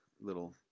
Little